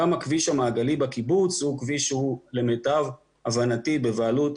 גם הכביש המעגלי בקיבוץ הוא כביש שלמיטב הבנתי הוא בבעלות